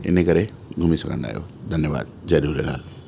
इन करे घुमी सघंदा आहियो धन्यवाद जय झूलेलाल